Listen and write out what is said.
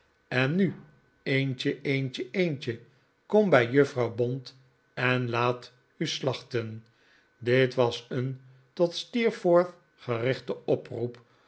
en nu eendje eendje eendje kom bij juffrouw bond en laat u slachten dit was een tot steerforth gerichte oproep